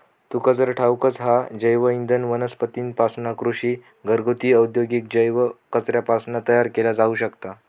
तुका तर ठाऊकच हा, जैवइंधन वनस्पतींपासना, कृषी, घरगुती, औद्योगिक जैव कचऱ्यापासना तयार केला जाऊ शकता